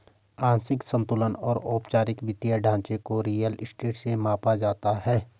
आंशिक संतुलन और औपचारिक वित्तीय ढांचे को रियल स्टेट से मापा जाता है